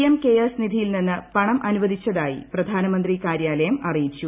M CARES നിധിയിൽ നിന്ന് പണം അനുവദിച്ചതായി പ്രധാന്മന്ത്രി കാര്യാലയം അറിയിച്ചു